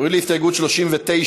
עוברים להסתייגות 39,